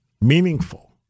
meaningful